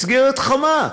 מסגרת חמה,